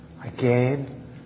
again